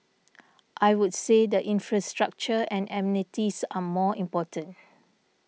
I would say the infrastructure and amenities are more important